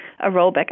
aerobic